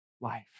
life